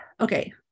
Okay